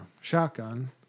shotgun